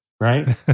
right